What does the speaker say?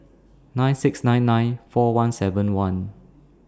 nine six nine nine four one seven one